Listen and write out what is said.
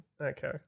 Okay